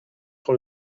sur